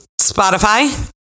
spotify